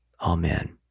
Amen